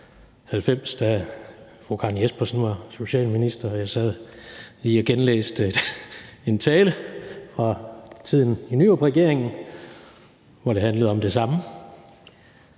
1996, da Karen Jespersen var socialminister. Jeg sad lige og genlæste min tale og læste om tiden i Nyrupregeringen, hvor det handlede om det samme.